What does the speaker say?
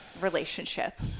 relationship